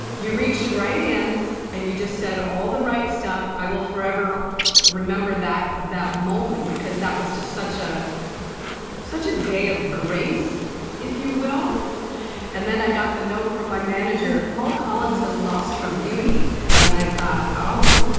you reached right in and you just said all the right stuff. i will forever remember that that moment, because that was just such a such a day of grace if you will. and then i got the note from my manager, mo collins has lost her beauty and i thought, oh,